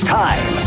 time